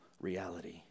reality